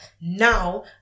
Now